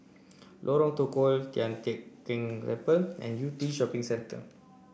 Lorong Tukol Tian Teck Keng Temple and Yew Tee Shopping Centre